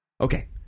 okay